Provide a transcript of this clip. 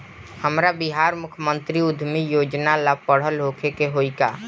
हमरा बिहार मुख्यमंत्री उद्यमी योजना ला पढ़ल होखे के होई का?